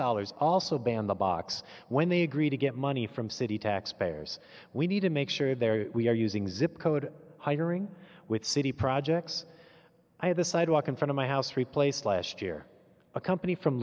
dollars also ban the box when they agree to get money from city taxpayers we need to make sure there we are using zip code hiring with city projects i have a sidewalk in front of my house replaced last year a company from